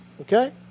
Okay